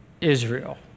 Israel